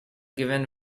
given